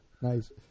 Nice